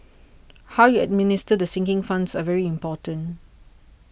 how you administer the sinking funds are very important